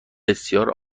بسیار